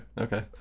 okay